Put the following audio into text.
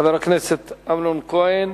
חבר הכנסת אמנון כהן.